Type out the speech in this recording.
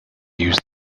used